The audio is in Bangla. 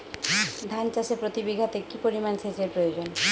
ধান চাষে প্রতি বিঘাতে কি পরিমান সেচের প্রয়োজন?